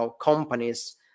companies